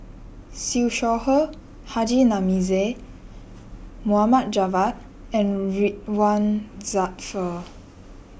Siew Shaw Her Haji Namazie Mohd Javad and Ridzwan Dzafir